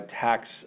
tax